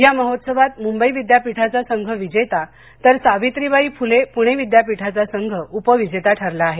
या महोत्सवात मुंबई विद्यापीठाचा संघ विजेता तर सावित्रीबाई फुले पूणे विद्यापीठाचा संघ उपविजेता ठरला आहे